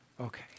Okay